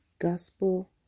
Gospel